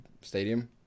stadium